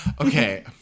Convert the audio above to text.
okay